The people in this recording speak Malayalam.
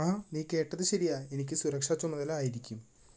ആ നീ കേട്ടത് ശരിയാണ് എനിക്ക് സുരക്ഷാ ചുമതല ആയിരിക്കും